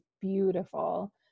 beautiful